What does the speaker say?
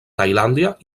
tailàndia